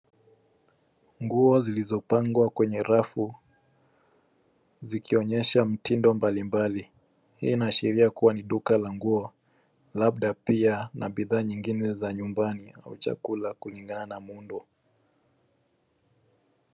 Nguo zilizopangwa kwenye rafu zikionyesha mitindo mbalimbali. Hii inaashiria kuwa ni duka la nguo , labda pia na bidhaa nyingine za nyumbani au chakula kulingana na muundo.